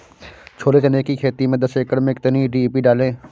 छोले चने की खेती में दस एकड़ में कितनी डी.पी डालें?